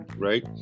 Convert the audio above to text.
right